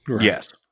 Yes